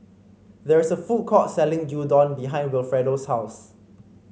there is a food court selling Gyudon behind Wilfredo's house